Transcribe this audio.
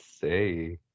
say